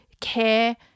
care